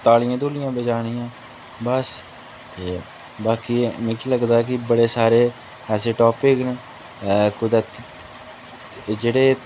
तालियां तुलियां बजानियां बस ते बाकी एह् मिगी लगदा कि बड़े सारे ऐसे टापिक न एह् कुतै जेह्ड़े